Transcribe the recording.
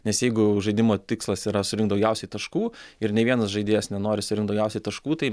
nes jeigu žaidimo tikslas yra surinkt daugiausiai taškų ir nė vienas žaidėjas nenori surinkt daugiausiai taškų tai